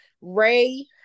Ray